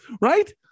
right